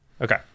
Okay